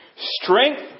strength